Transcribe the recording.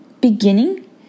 beginning